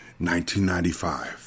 1995